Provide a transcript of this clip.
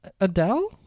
Adele